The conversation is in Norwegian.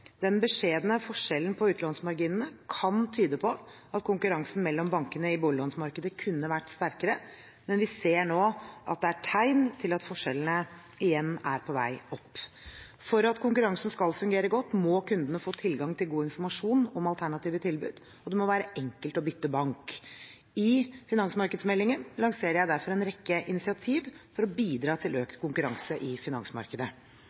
Den beskjedne forskjellen på utlånsmarginene kan tyde på at konkurransen mellom bankene i boliglånsmarkedet kunne vært sterkere, men vi ser nå at det er tegn til at forskjellene igjen er på vei opp. For at konkurransen skal fungere godt, må kundene få tilgang til god informasjon om alternative tilbud, og det må være enkelt å bytte bank. I finansmarkedsmeldingen lanserer jeg derfor en rekke initiativ for å bidra til økt konkurranse i finansmarkedet.